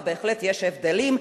ובהחלט יש הבדלים,